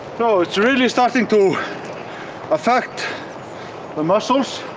so it's really starting to affect the muscles.